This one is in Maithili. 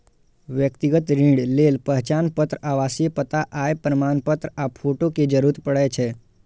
व्यक्तिगत ऋण लेल पहचान पत्र, आवासीय पता, आय प्रमाणपत्र आ फोटो के जरूरत पड़ै छै